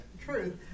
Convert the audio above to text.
truth